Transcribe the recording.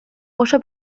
oso